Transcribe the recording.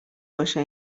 باشه